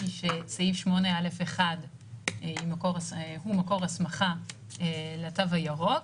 היא שסעיף 8(א)(1) הוא מקור הסמכה לתו הירוק.